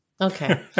Okay